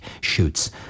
shoots